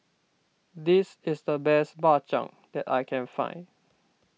this is the best Bak Chang that I can find